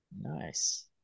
Nice